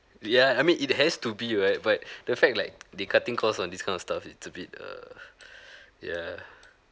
yeah I mean it has to be right but the fact like they cutting costs on this kind of stuff it's a bit err yeah